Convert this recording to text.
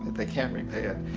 they can't repay it.